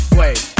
wait